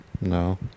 no